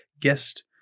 guest